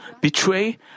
betray